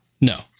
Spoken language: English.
No